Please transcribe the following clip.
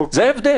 זה ההבדל.